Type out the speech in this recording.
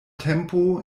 tempo